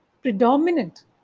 predominant